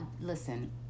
Listen